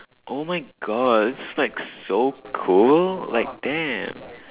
oh my god it's like so cool like damn